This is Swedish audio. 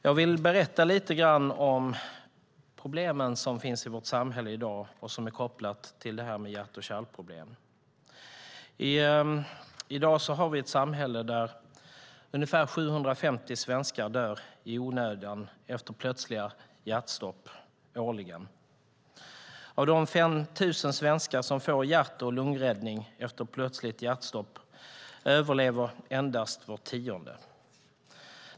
Jag vill berätta lite grann om de problem som finns i vårt samhälle i dag och som är kopplade till hjärt och kärlsjukdomar. I dag har vi ett samhälle där ungefär 750 svenskar årligen dör i onödan efter plötsliga hjärtstopp. Av de 5 000 svenskar som får hjärt och lungräddning efter plötsligt hjärtstopp överlever endast var tionde.